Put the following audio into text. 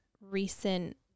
recent